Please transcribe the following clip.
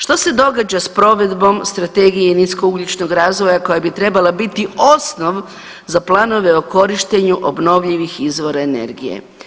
Što se događa s provedbom Strategije niskougljičnog razvoja koja bi trebala biti osnov za planove o korištenju obnovljivih izvora energije.